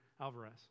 Alvarez